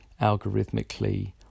algorithmically